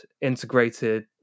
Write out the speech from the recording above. integrated